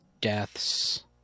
deaths